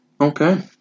Okay